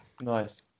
Nice